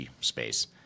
space